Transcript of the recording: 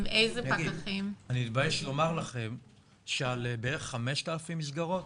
אני מתבייש לומר לכם שעל בערך 5,000 מסגרות,